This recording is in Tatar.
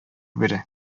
бирә